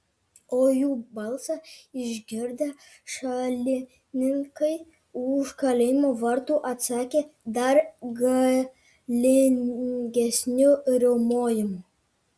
o jų balsą išgirdę šalininkai už kalėjimo vartų atsakė dar galingesniu riaumojimu